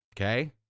Okay